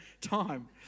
time